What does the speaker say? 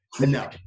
no